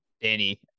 Danny